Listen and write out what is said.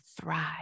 thrive